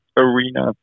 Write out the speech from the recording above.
arena